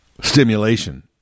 stimulation